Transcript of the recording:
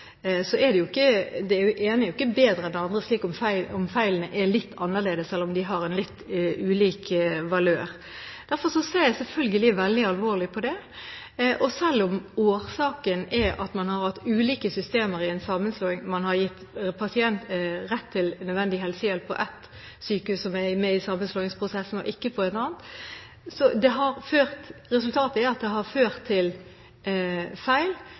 ikke den ene bedre enn den andre selv om feilene er litt annerledes, eller om de har en litt ulik valør. Derfor ser jeg selvfølgelig veldig alvorlig på det. Selv om årsaken er at man har hatt ulike systemer i en sammenslåing – man har gitt pasienten rett til nødvendig helsehjelp på ett sykehus som er med i sammenslåingsprosessen, og ikke på et annet – har resultatet ført til feil. Den saken som nå pågår, er under opprydding. Den skal behandles endelig i styret, og jeg skal rapportere tilbake til